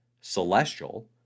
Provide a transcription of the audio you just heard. Celestial